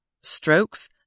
strokes